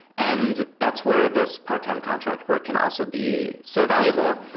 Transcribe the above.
and that's where this part-time contract work can also be so valuable,